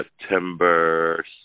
September